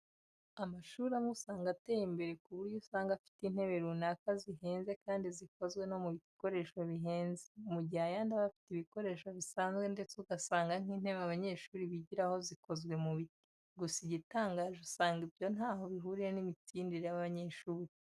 Amashuri amwe usanga ateye imbere ku buryo usanga afite intebe runaka zihenze kandi zikozwe no mu bikoresho bihenze, mu gihe ayandi aba afite ibikoresho bisanzwe ndetse ugasanga nk'intebe abanyeshuri bigiraho zikozwe mu biti. Gusa igitangaje usanga ibyo ntaho bihuriye n'imitsindire y'abanyeshuri.